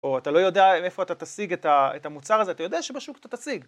או אתה לא יודע מאיפה אתה תשיג את ה את המוצר הזה, אתה יודע שבשוק אתה תשיג.